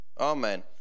Amen